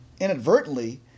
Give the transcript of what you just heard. Inadvertently